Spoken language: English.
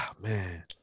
man